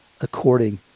according